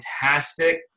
fantastic